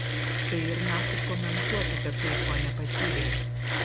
tai ir nafik komentuot apie tai ko nepatyrei